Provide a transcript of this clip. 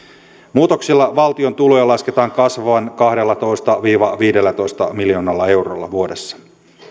muutoksilla valtion tulojen lasketaan kasvavan kahdellatoista viiva viidellätoista miljoonalla eurolla vuodessa